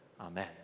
Amen